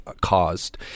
caused